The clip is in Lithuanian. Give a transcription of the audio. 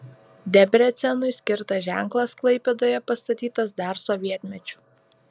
debrecenui skirtas ženklas klaipėdoje pastatytas dar sovietmečiu